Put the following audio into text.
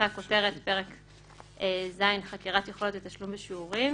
אחרי הכותרת "פרק ז': חקירת יכולת ותשלום בשיעורים"